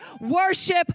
worship